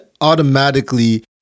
automatically